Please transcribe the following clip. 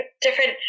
different